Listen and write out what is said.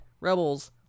Rebels